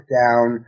down